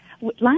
Last